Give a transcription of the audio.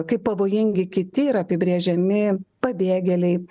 kaip pavojingi kiti yra apibrėžiami pabėgėliai